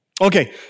Okay